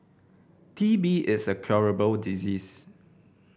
T B is a curable disease